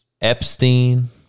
Epstein